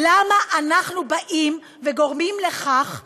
למה אנחנו גורמים לכך,